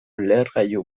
lehergailu